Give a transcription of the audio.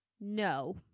no